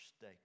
day